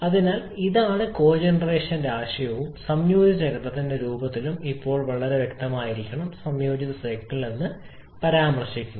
അതിനാൽ ഇതാണ് കോജെനറേഷന്റെ ആശയവും സംയോജിത ചക്രത്തിന്റെ രൂപത്തിലും ഇപ്പോൾ വളരെ വ്യക്തമായിരിക്കണം സംയോജിത സൈക്കിൾ എന്ന് പരാമർശിക്കുന്നത്